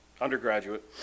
undergraduate